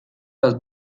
las